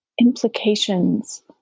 implications